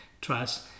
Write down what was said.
Trust